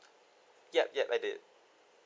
yup yup I did